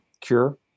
cure